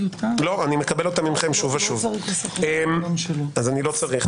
אני מקבל אותם מכם שוב ושוב אז לא צריך.